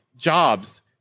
jobs